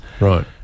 Right